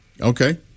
Okay